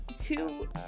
two